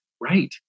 right